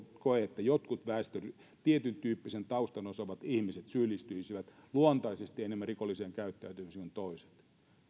koe että tietyntyyppisen taustan omaavat ihmiset syyllistyisivät luontaisesti enemmän rikolliseen käyttäytymiseen kuin toiset